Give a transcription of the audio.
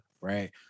right